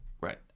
Right